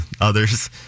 others